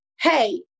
hey